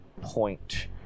point